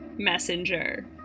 Messenger